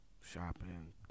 shopping